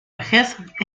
vejez